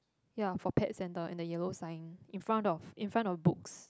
ya for pet centre and the yellow sign in front of in front of books